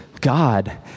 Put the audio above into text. God